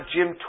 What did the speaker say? Jim